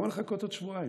למה לחכות עוד שבועיים?